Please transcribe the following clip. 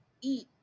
eat